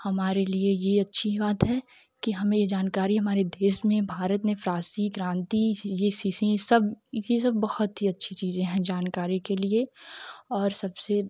हमारे लिए यह अच्छी बात है की हमें जानकारी हमारे देश में भारत ने फरासी क्रांति यह सी सी सब यह सब बहुत ही अच्छी चीज़ें हैं जानकारी के लिए और सबसे